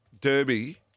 Derby